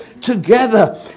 together